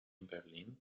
berlin